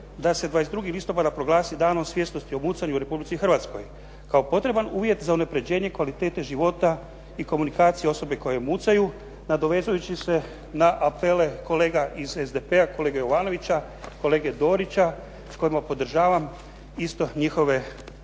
da se 22. listopada proglasi Danom svjesnosti o mucanju u Republici Hrvatskoj kao potreban uvjet za unaprjeđenje kvalitete života i komunikacije osobe koje mucaju, nadovezujući se na apele kolega iz SDP-a, kolege Jovanovića, kolege Dorića s kojima podržavam isto njihove